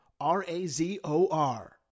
R-A-Z-O-R